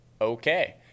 okay